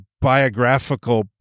biographical